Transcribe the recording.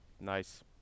Nice